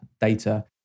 data